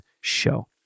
show